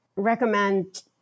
Recommend